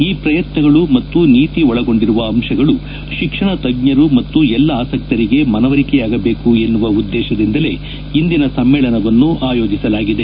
ಈ ಪ್ರಯತ್ನಗಳು ಮತ್ತು ನೀತಿ ಒಳಗೊಂಡಿರುವ ಅಂಶಗಳು ಶಿಕ್ಷಣ ತಜ್ಞರು ಮತ್ತು ಎಲ್ಲ ಆಸಕ್ತರಿಗೆ ಮನವರಿಕೆಯಾಗಬೇಕು ಎನ್ನುವ ಉದ್ದೇಶದಿಂದಲೇ ಇಂದಿನ ಸಮ್ನೇಳನವನ್ನು ಆಯೋಜಿಸಲಾಗಿದೆ